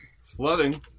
Flooding